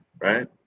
right